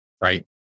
right